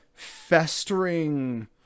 festering